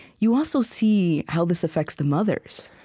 you also see how this affects the mothers,